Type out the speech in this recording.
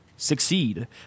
Succeed